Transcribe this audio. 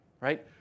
right